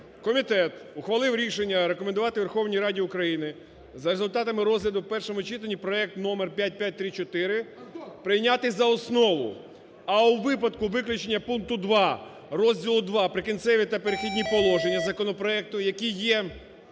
Комітет ухвалив рішення рекомендувати Верховній Раді України за результатами розгляду в першому читанні проект номер 5534 прийняти за основу. А у випадку виключення пункту 2 розділу ІІ "Прикінцеві" та "Перехідні" положення законопроекту, які є